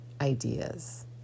ideas